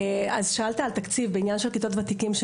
שאלת על התקציב בעניין של כיתות ותיקים,